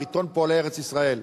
עיתון פועלי ארץ-ישראל,